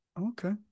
Okay